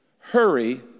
Hurry